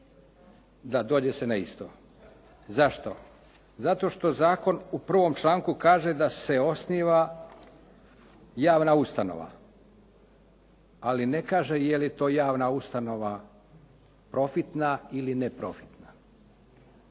da dođe se na isto. Zašto? Zato što zakon u 1. članku kaže da se osniva javna ustanova, ali ne kaže je li to javna ustanova profitna ili neprofitna.